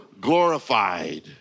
glorified